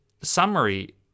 summary